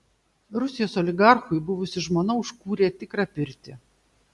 rusijos oligarchui buvusi žmona užkūrė tikrą pirtį